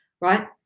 right